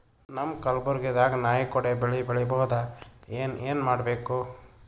ನಮ್ಮ ಕಲಬುರ್ಗಿ ದಾಗ ನಾಯಿ ಕೊಡೆ ಬೆಳಿ ಬಹುದಾ, ಏನ ಏನ್ ಮಾಡಬೇಕು?